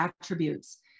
attributes